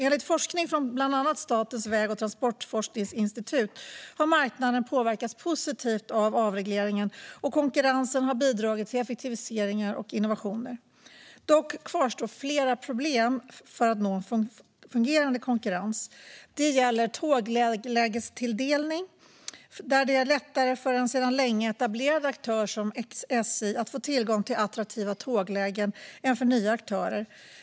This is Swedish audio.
Enligt forskning från bland annat Statens väg och transportforskningsinstitut har marknaden påverkats positivt av avregleringen, och konkurrensen har bidragit till effektiviseringar och innovationer. Dock kvarstår flera problem för att nå en fungerande konkurrens. Det gäller tåglägestilldelning där det är lättare för en sedan länge etablerad aktör som SJ att få tillgång till attraktiva tåglägen än för nya aktörer.